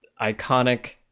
iconic